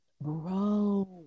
Bro